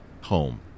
Home